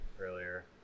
earlier